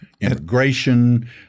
integration